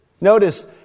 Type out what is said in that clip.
notice